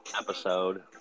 episode